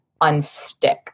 unstick